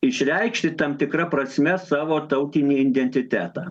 išreikšti tam tikra prasme savo tautinį identitetą